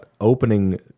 opening